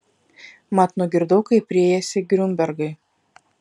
mat nugirdau kaip riejasi griunbergai